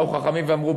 באו חכמים ואמרו,